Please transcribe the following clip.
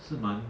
是蛮